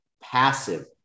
passive